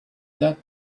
that